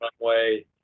runway